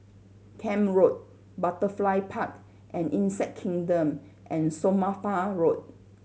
Camp Road Butterfly Park and Insect Kingdom and Somapah Road